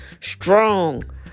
strong